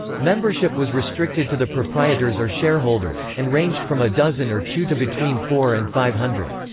membership was restricted to the proprietors or shareholders, and ranged from a dozen or two to between four and five hundred.